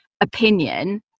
opinion